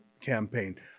campaign